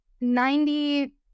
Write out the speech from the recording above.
Ninety